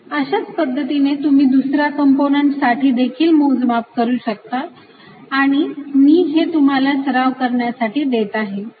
Az अशाच पद्धतीने तुम्ही दुसऱ्या कंपोनंट साठी देखील मोजमाप करू शकता आणि मी हे तुम्हाला सराव करण्यासाठी देत आहे